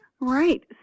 Right